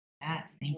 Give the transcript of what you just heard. Yes